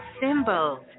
symbols